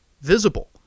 visible